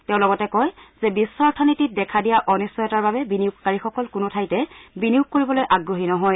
তেওঁ লগতে কয় যে বিশ্ব অৰ্থনীতিত দেখা দিয়া অনিশ্চয়তাৰা বিনিয়োগকাৰীসকল কোনো ঠাইতে বিনিয়োগ কৰিবলৈ আগ্ৰহী নহয়